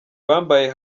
bambaye